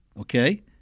Okay